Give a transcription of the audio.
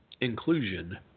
inclusion